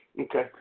Okay